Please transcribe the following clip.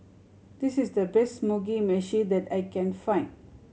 this is the best Mugi Meshi that I can find